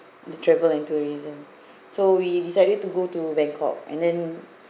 the travel and tourism so we decided to go to bangkok and then